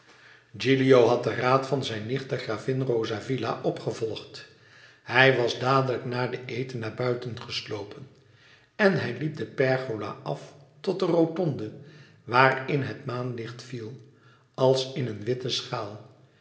gilio had den raad van zijne nicht de gravin di rosavilla opgevolgd hij was dadelijk na den eten naar buiten geslopen en hij liep de pergola af tot de rotonde waarin het maanlicht viel als in een witte schaal